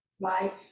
life